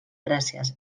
gràcies